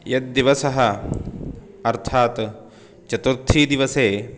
यद्दिवसः अर्थात् चतुर्थी दिवसे